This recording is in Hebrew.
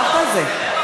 ככה זה.